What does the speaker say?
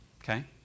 Okay